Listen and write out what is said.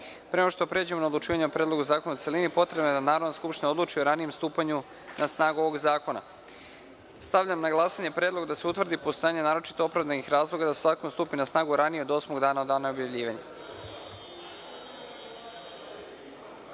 nego što pređemo na odlučivanje o Predlogu zakona u celini, potrebno je da Narodna skupština odluči o ranijem stupanju na snagu ovog zakona. Stavljam na glasanje predlog da se utvrdi postojanje naročito opravdanih razloga da zakon stupi na snagu ranije od osmog dana od dana objavljivanja. Molim